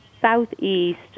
southeast